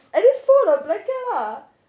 at least fold the blanket lah